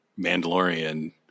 mandalorian